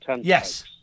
Yes